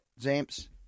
Zamps